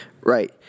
Right